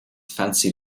fancy